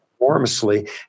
enormously